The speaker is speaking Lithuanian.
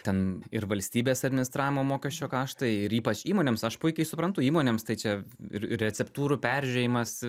ten ir valstybės administravimo mokesčio kaštai ir ypač įmonėms aš puikiai suprantu įmonėms tai čia ir receptūrų peržiūrėjimas